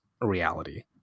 reality